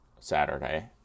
Saturday